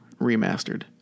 Remastered